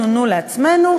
נו-נו-נו לעצמנו,